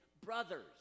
brothers